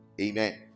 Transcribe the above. amen